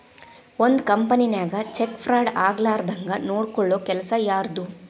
ಒಂದ್ ಕಂಪನಿನ್ಯಾಗ cheque fraud ಆಗ್ಲಾರ್ದಂಗ್ ನೊಡ್ಕೊಲ್ಲೊ ಕೆಲಸಾ ಯಾರ್ದು?